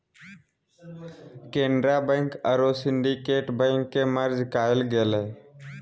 Canara bank आरो Syndicate bank के merge कइल गेलय